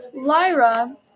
Lyra